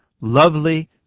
lovely